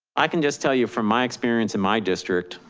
i can just tell you from my experience in my district,